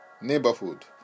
neighborhood